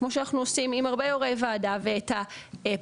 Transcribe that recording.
כמו שאנחנו עושים עם הרבה יו"רי ועדה ואת הפרטים